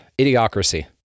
idiocracy